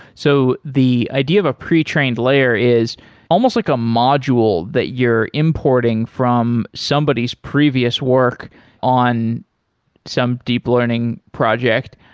so the idea of a pre-trained layer is almost like a module that you're importing from somebody's previous work on some deep learning project.